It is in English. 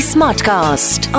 Smartcast